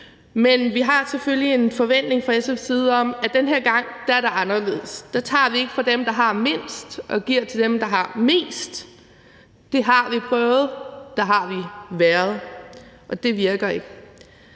men vi har selvfølgelig fra SF's side en forventning om, at den her gang er det anderledes, for der tager vi ikke fra dem, der har mindst, og giver til dem, der har mest. Det har vi prøvet, der har vi været, og det virker ikke.